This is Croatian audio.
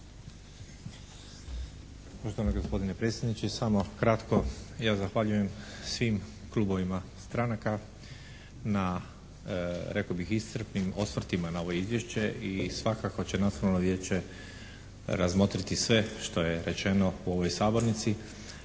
Poštovani gospodine predsjedniče. I samo kratko, ja zahvaljujem svim klubovima stranaka na rekao bih iscrpnim osvrtima na ovo izvješće. I svakako će Nacionalno vijeće razmotriti sve što je rečeno u ovoj sabornici.